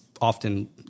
often